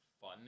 fun